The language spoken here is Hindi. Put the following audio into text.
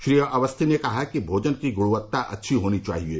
श्री अवस्थी ने कहा कि भोजन की गुणवत्ता अच्छी होनी चाहिये